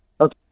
Okay